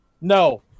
no